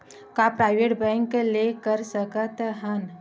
का private bank ले कर सकत हन?